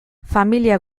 familia